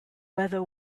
whether